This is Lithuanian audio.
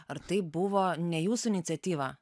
ar tai buvo ne jūsų iniciatyva